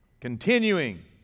Continuing